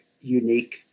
unique